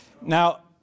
Now